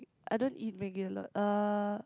I don't eat Maggie a lot uh